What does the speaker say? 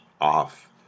off